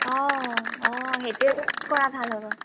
অঁ অঁ সেইটোৱে কৰা ভাল হ'ব